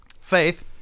Faith